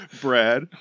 Brad